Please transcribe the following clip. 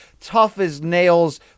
tough-as-nails